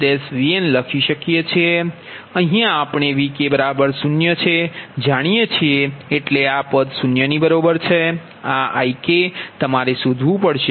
Vn લખી શકીએ છીએ અહીયા આપણે Vk0 જાણીયે છીએ એટલે આ પદ 0 બરાબર છે આ Ik તમારે શોધવુ પડશે